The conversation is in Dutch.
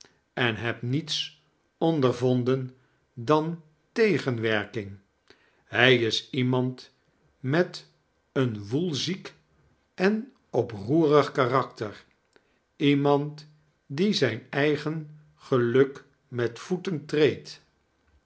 en heb niets ondervonden dan tegenwerking hij is iemand met een woelziek en oproerig karakter ieimand die zijn eigen geluk met voeten treedt